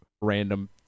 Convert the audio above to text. random